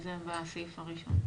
שזה בסעיף הראשון.